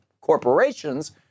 corporations